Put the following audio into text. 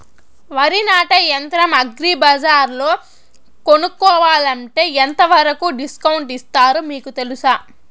వరి నాటే యంత్రం అగ్రి బజార్లో కొనుక్కోవాలంటే ఎంతవరకు డిస్కౌంట్ ఇస్తారు మీకు తెలుసా?